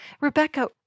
Rebecca